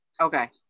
okay